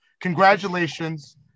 congratulations